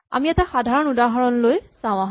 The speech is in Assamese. আমি আন এটা সাধাৰণ উদাহৰণ চাওঁ আহাঁ